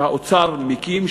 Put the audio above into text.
שהאוצר מקים,